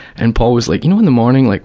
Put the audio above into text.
and paul was like you know in the morning, like